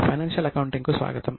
financial అకౌంటింగ్కు స్వాగతం